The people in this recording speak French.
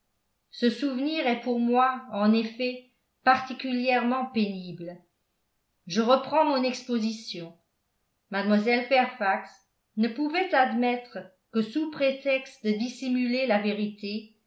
ce souvenir est pour moi en effet particulièrement pénible je reprends mon exposition mlle fairfax ne pouvait admettre que sous prétexte de dissimuler la vérité